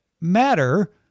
Matter